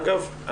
אגב,